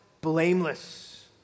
blameless